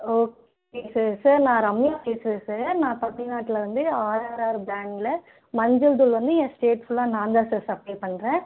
okay sir sir நான் ரம்யா பேசுகிறேன் sir நான் தமிழ்நாட்டிலேருந்து ஆர்ஆர்ஆர் ப்ராண்டில் மஞ்சள் தூள் வந்து என் ஸ்டேட் ஃபுல்லாக நான் தான் சார் சப்ளை பண்ணுறேன்